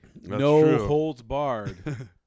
no-holds-barred